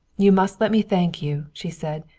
you must let me thank you, she said.